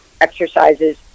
exercises